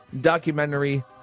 documentary